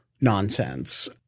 nonsense